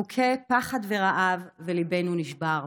הם מוכי פחד ורעב, וליבנו נשבר.